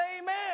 amen